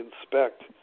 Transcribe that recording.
inspect